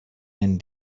and